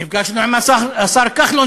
נפגשנו עם השר כחלון,